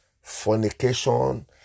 fornication